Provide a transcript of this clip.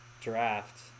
draft